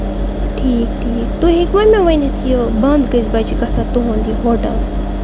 ٹھیٖک ٹھیٖک تُہۍ ہٮ۪کو مےٚ ؤنِتھ یہِ بند کٔژِ بَجہِ چھُ گژھان تُہُند یہِ ہوٹل